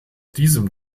diesem